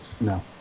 no